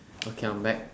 okay I'm back